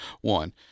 One